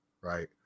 right